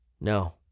No